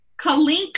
Kalinka